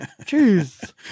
Jeez